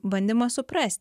bandymas suprasti